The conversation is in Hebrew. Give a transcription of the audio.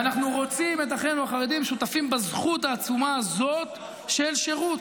אנחנו רוצים את אחינו החרדים שותפים בזכות העצומה הזאת של שירות.